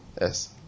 Yes